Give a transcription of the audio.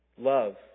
Love